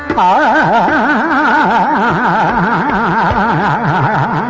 aa